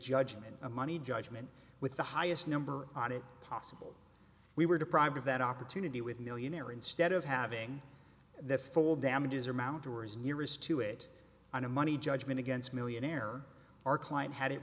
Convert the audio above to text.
judgment a money judgment with the highest number on it possible we were deprived of that opportunity with millionaire instead of having that full damages or mount or is nearest to it on a money judgment against millionaire our client had it